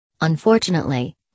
Unfortunately